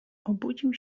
obudził